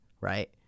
right